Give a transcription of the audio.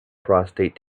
prostate